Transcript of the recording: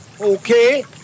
Okay